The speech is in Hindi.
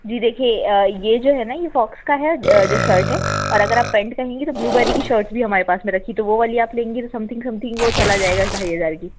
जी देखिए यह जो है ना यह सॉक्स का है जो शर्ट है और अगर आप पैंट पहनेंगी तो ब्लूबेरी की शर्ट भी हमारे पास में रखी है तो वह वाली आप लेंगी तो समथिंग समथिंग वह चला जाएगा ढ़ाई हज़ार की